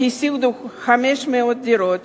שהשיג 500 דירות